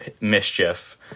mischief